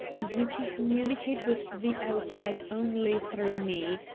and you can communicate with the outside only through me.